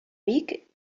vic